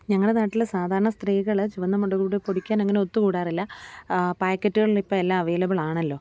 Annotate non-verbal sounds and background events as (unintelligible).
ഞങ്ങളെ നാട്ടിൽ സാധാരണ സ്ത്രീകൾ ചുവന്ന (unintelligible) പൊടിക്കാൻ അങ്ങനെ ഒത്തുകൂടാറില്ല പാക്കറ്റുകളിൽ ഇപ്പോൾ എല്ലാം അവൈലബിളാണല്ലോ